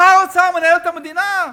שר האוצר מנהל את המדינה.